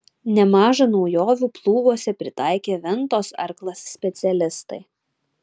nemaža naujovių plūguose pritaikė ventos arklas specialistai